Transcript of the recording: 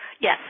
Yes